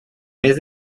mes